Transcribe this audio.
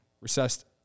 recessed